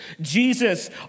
Jesus